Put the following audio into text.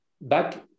back